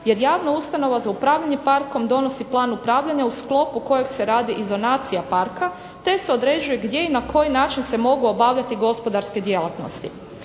jer javna ustanova za upravljanje parkom donosi plan upravljanja u sklopu kojeg se radi izonacija parka te se određuje gdje i na koji način se mogu obavljati gospodarske djelatnosti.